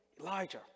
Elijah